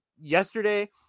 yesterday